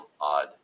odd